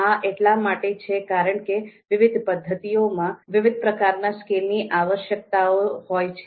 આ એટલા માટે છે કારણ કે વિવિધ પદ્ધતિઓમાં વિવિધ પ્રકારના સ્કેલની આવશ્યકતાઓ હોય છે